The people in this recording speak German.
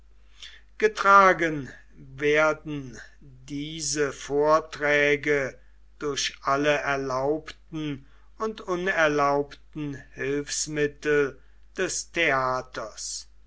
getragen werden diese vorträge durch alle erlaubten und unerlaubten hilfsmittel des theaters